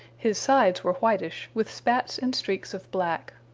his sides were whitish, with spats and streaks of black.